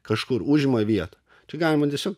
kažkur užima vietą čia galima tiesiog